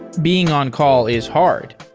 being on-call is hard,